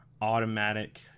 automatic